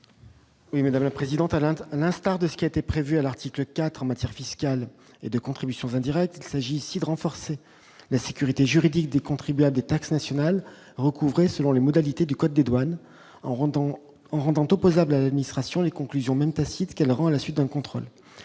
Et Madame, la présidente à Alain, à l'instar de ce qui était prévu à l'article IV en matière fiscale et de contributions indirectes s'agit ici de renforcer la sécurité juridique des contribuables taxes nationales recouvrer, selon les modalités du code des douanes en rendant en rendant t'opposable administration les conclusions, même tacite qu'elle rend à la suite d'un contrôle